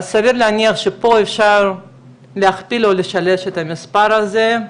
אז סביר להניח שפה אפשר להכפיל או לשלש את המספר הזה.